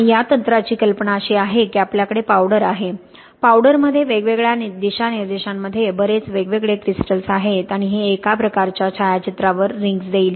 आणि या तंत्राची कल्पना अशी आहे की आपल्याकडे पावडर आहे पावडरमध्ये वेगवेगळ्या दिशानिर्देशांमध्ये बरेच वेगवेगळे क्रिस्टल्स आहेत आणि हे एका प्रकारच्या छायाचित्रावर रिंग्ज देईल